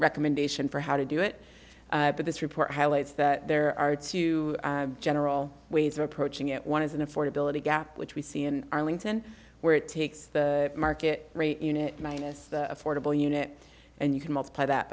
recommendation for how to do it but this report highlights that there are two general ways of approaching it one is an affordability gap which we see in arlington where it takes the market rate unit minus the affordable unit and you can multiply that